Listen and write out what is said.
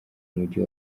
mujyi